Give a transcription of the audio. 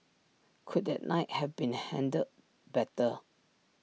could that night have been handled better